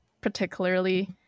particularly